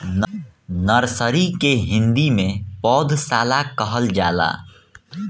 nursery के हिंदी में पौधशाला कहल जाला